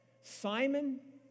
Simon